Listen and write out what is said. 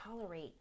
tolerate